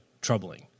troubling